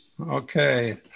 Okay